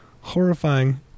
Horrifying